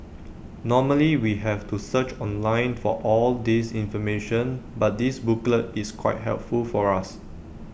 normally we have to search online for all this information but this booklet is quite helpful for us